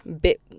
Bit